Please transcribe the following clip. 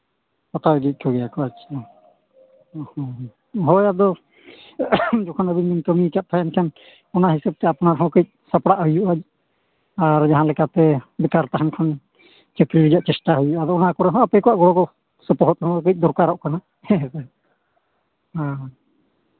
ᱚᱠᱟᱨᱮ ᱠᱚ ᱟᱪᱪᱷᱟ ᱦᱳᱭ ᱟᱫᱚ ᱡᱚᱠᱷᱚᱱ ᱟᱹᱵᱤᱱ ᱵᱤᱱ ᱠᱟᱹᱢᱤᱭᱟᱠᱟᱫ ᱛᱟᱦᱮᱱ ᱮᱱᱠᱷᱟᱱ ᱚᱱᱟ ᱦᱤᱥᱟᱹᱵᱽ ᱛᱮ ᱟᱯᱱᱟᱨ ᱦᱚᱸ ᱠᱟᱹᱡ ᱥᱟᱯᱲᱟᱜ ᱦᱩᱭᱩᱜᱼᱟ ᱟᱨ ᱡᱟᱦᱟᱸ ᱞᱮᱠᱟᱛᱮ ᱵᱮᱴᱟᱨ ᱛᱟᱦᱮᱱ ᱠᱷᱚᱱ ᱪᱟᱹᱠᱨᱤ ᱨᱮᱭᱟᱜ ᱪᱮᱥᱴᱟ ᱦᱩᱭᱩᱜᱼᱟ ᱚᱱᱟ ᱠᱚᱨᱮ ᱦᱚᱸ ᱟᱯᱮ ᱠᱚᱣᱟᱜ ᱜᱚᱲᱚ ᱥᱚᱯᱚᱦᱚᱫ ᱦᱚᱸ ᱠᱟᱹᱡ ᱫᱚᱨᱠᱟᱨᱚᱜ ᱠᱟᱱᱟ ᱦᱮᱸᱥᱮ ᱦᱮᱸ